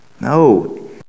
No